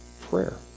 prayer